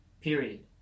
period